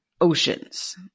oceans